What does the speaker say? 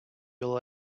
will